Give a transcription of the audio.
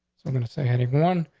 i'm gonna say, hey, go on.